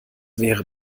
wäre